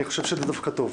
אני חושב שזה דווקא טוב.